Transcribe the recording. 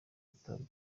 gutabwa